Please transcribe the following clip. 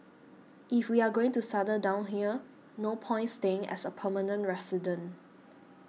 if we are going to settle down here no point staying as a permanent resident